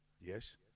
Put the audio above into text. Yes